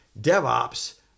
DevOps